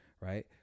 Right